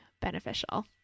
beneficial